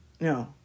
no